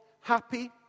happy